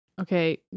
Okay